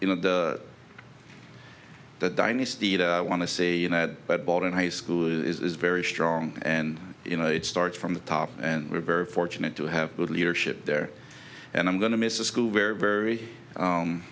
you know that dynasty to want to say you know that but bought in high school is very strong and you know it starts from the top and we're very fortunate to have good leadership there and i'm going to miss a school very very